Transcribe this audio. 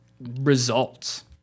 results